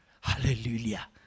Hallelujah